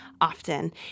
often